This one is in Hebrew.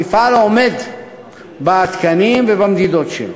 המפעל עומד בתקנים ובמדידות שלו.